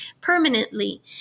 permanently